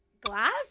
Glass